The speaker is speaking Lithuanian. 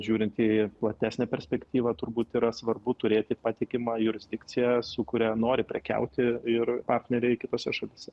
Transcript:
žiūrint į platesnę perspektyvą turbūt yra svarbu turėti patikimą jurisdikciją su kuria nori prekiauti ir partneriai kitose šalyse